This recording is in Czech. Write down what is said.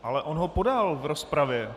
Ale on ho podal v rozpravě.